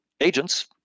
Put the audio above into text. agents